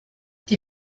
die